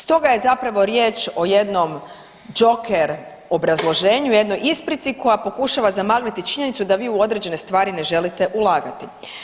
Stoga je zapravo riječ o jednom joker obrazloženju, jednoj isprici koja pokušava zamagliti činjenicu da vi u određene stvari ne želite ulagati.